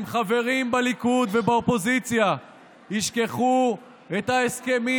אם חברים בליכוד ובאופוזיציה ישכחו את ההסכמים,